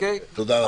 תודה רבה.